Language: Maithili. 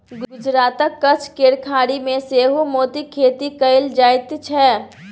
गुजरातक कच्छ केर खाड़ी मे सेहो मोतीक खेती कएल जाइत छै